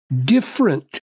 different